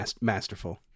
Masterful